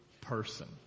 person